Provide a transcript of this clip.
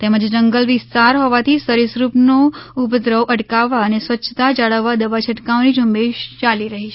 તેમજ જંગલ વિસ્તાર હોવાથી સરિસૃપ નો ઉપદ્રવ અટકાવવા અને સ્વછતા જાળવવા દવા છંટકાવની ઝુંબેશ યાલી રહી છે